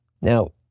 Now